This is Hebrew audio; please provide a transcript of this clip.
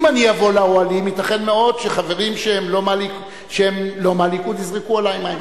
אם אני אבוא לאוהלים ייתכן מאוד שחברים שהם לא מהליכוד יזרקו עלי מים.